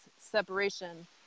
separation